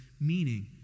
meaning